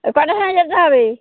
ও কটার সময় যেতে হবে